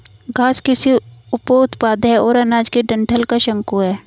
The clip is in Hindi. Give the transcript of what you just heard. घास कृषि उपोत्पाद है और अनाज के डंठल का शंकु है